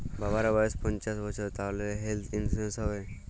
বাবার বয়স পঞ্চান্ন বছর তাহলে হেল্থ ইন্সুরেন্স হবে?